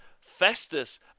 festus